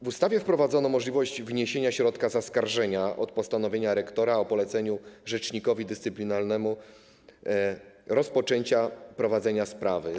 W ustawie wprowadzono możliwość wniesienia środka zaskarżenia od postanowienia rektora o poleceniu rzecznikowi dyscyplinarnemu rozpoczęcia prowadzenia sprawy.